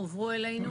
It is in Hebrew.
הועברו אלינו,